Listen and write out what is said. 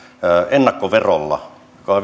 ennakkoverolla